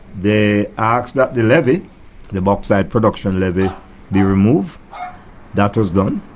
they asked that the levy the bauxite production levy be removed that was done.